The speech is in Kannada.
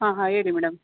ಹಾಂ ಹಾಂ ಹೇಳಿ ಮೇಡಮ್